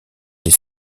des